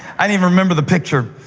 i didn't even remember the picture.